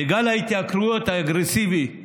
ואת גל ההתייקרויות האגרסיבי,